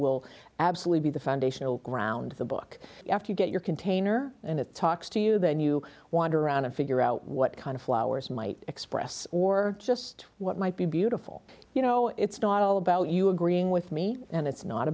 will absolutely be the foundation of ground the book after you get your container and it talks to you then you wander around and figure out what kind of flowers might express or just what might be beautiful you know it's taught all about you agreeing with me and it's not